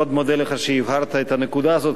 מאוד מודה לך שהבהרת את הנקודה הזו,